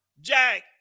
jack